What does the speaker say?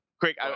Quick